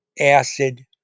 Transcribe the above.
acid